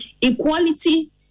equality